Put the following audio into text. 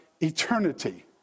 eternity